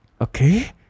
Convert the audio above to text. okay